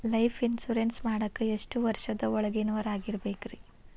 Life insurance ಮಾಡಾಕ ಎಷ್ಟು ವರ್ಷದ ಒಳಗಿನವರಾಗಿರಬೇಕ್ರಿ?